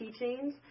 Keychains